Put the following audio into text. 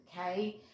okay